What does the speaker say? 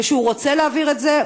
והוא רוצה להעביר את זה.